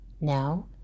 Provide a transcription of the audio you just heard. Now